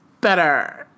Better